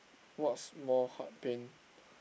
what's more heart pain